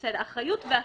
בסדר, אחריות ושירות.